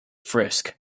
frisk